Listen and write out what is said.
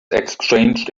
exchanged